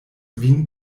vin